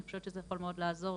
אני חושבת שזה יכול מאוד לעזור